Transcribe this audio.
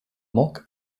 moc